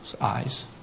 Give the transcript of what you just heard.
eyes